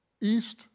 east